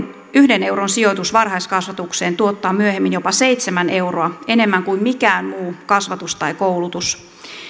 yhden euron sijoitus varhaiskasvatukseen tuottaa myöhemmin jopa seitsemän euroa enemmän kuin mikään muu kasvatus tai koulutus